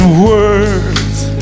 words